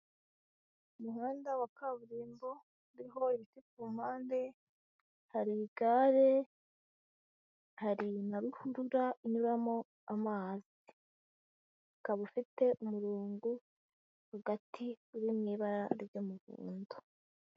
Umuhanda wa kaburimbo uriho ibiti ku mpande, hari igare, hari na ruhurura inyuramo amazi, ukaba ufite umurongo hagati uri mu ibara ry'umuhondo.